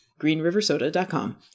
GreenRiverSoda.com